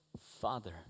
Father